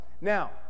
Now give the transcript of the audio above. now